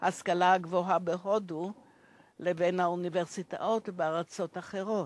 להשכלה גבוהה בהודו לבין אוניברסיטאות בארצות אחרות.